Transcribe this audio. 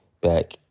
back